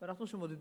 אנחנו,